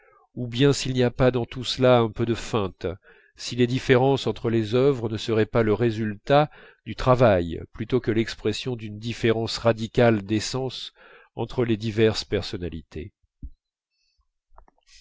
ou bien s'il n'y a pas dans tout cela un peu de feinte si les différences entre les œuvres ne seraient pas le résultat du travail plutôt que l'expression d'une différence radicale d'essence entre les diverses personnalités